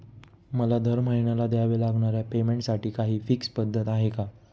मला दरमहिन्याला द्यावे लागणाऱ्या पेमेंटसाठी काही फिक्स पद्धत आहे का?